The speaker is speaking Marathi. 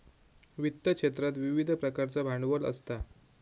वित्त क्षेत्रात विविध प्रकारचा भांडवल असता